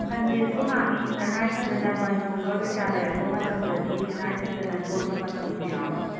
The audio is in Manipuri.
ꯁꯟꯗꯦꯁꯨ ꯍꯥꯡꯏ ꯇꯉꯥꯏ ꯐꯗꯅ ꯕꯟꯒꯨꯝꯕ ꯀꯩꯀꯥ ꯂꯩꯔꯛꯄ ꯃꯇꯝꯗꯗꯤ ꯇꯉꯥꯏ ꯐꯗꯅ ꯂꯣꯟꯕ ꯃꯇꯝꯁꯨ ꯌꯥꯎꯏ